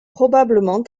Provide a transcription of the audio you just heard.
probablement